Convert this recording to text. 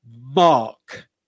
mark